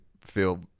feel